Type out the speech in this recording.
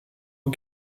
aux